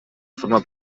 forma